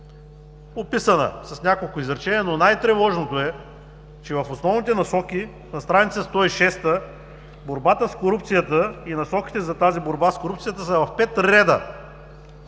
описана с няколко изречения, но най-тревожното е, че в „Основните насоки“ на страница 106 – „Борбата с корупцията и насоките за борба с корупцията“, са в пет реда.